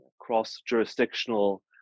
cross-jurisdictional